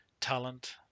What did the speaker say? talent